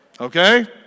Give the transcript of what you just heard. okay